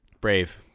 Brave